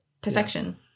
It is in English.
Perfection